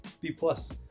B-plus